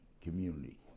community